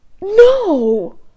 No